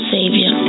Savior